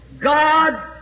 God